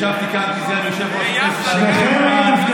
ישבתי כאן כסגן יושב-ראש הכנסת הרבה זמן,